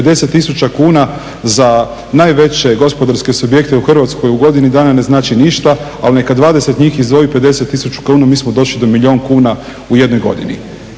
tisuća kuna za najveće gospodarske subjekte u Hrvatskoj u godini dana ne znači ništa, ali neka 20 njih izdvoji 50 tisuća kuna mi smo došli do milijun kuna u jednoj godini.